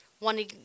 wanting